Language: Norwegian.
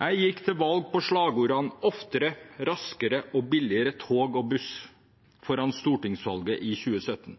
Jeg gikk til valg på slagordene «oftere, raskere og billigere tog og buss» foran stortingsvalget i 2017.